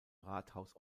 rathaus